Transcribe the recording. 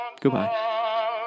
Goodbye